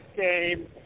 game